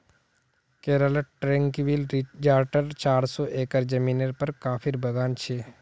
केरलत ट्रैंक्विल रिज़ॉर्टत चार सौ एकड़ ज़मीनेर पर कॉफीर बागान छ